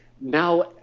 now